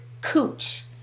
cooch